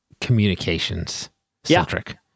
communications-centric